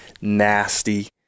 nasty